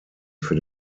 für